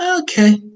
Okay